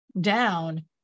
down